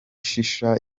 shisha